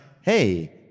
hey